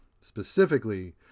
specifically